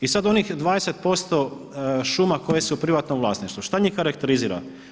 I sad onih 20% šuma koje su u privatnom vlasništvu, šta njih karakterizira?